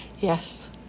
Yes